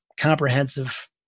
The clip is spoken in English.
comprehensive